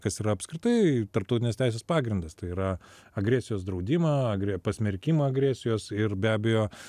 kas yra apskritai tarptautinės teisės pagrindas tai yra agresijos draudimą agre pasmerkimą agresijos ir be abejo